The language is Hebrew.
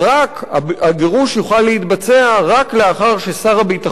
הגירוש יוכל להתבצע רק לאחר ששר הביטחון,